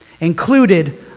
included